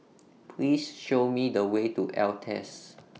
Please Show Me The Way to Altez